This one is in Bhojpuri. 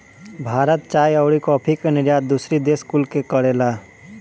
भारत चाय अउरी काफी के निर्यात दूसरी देश कुल के करेला